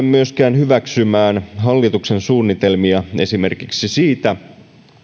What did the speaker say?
myöskään tule hyväksymään hallituksen suunnitelmia esimerkiksi siitä